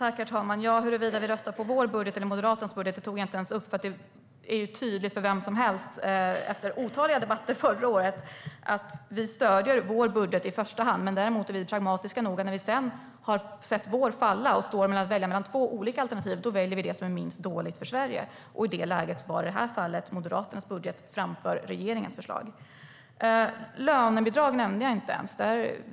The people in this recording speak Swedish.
Herr talman! Huruvida vi röstar på vår budget eller på Moderaternas budget tog jag inte ens upp, för det är tydligt för vem som helst, efter otaliga debatter förra året, att vi stöder vår budget i första hand men däremot är pragmatiska nog att när vi har sett vår budget falla och har att välja mellan två olika alternativ, då väljer vi det som är minst dåligt för Sverige. I det läget var det i det här fallet Moderaternas budget framför regeringens förslag. Lönebidrag nämnde jag inte ens.